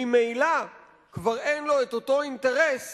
ממילא כבר אין לו אותו אינטרס